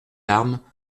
larmes